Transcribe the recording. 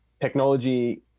technology